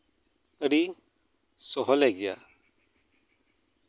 ᱟᱹᱰᱤ ᱥᱚᱦᱞᱮ ᱜᱮᱭᱟ